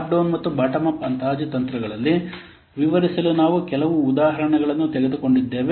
top down ಮತ್ತು bottom up ಅಂದಾಜು ತಂತ್ರಗಳನ್ನು ವಿವರಿಸಲು ನಾವು ಕೆಲವು ಉದಾಹರಣೆಗಳನ್ನು ತೆಗೆದುಕೊಂಡಿದ್ದೇವೆ